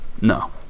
no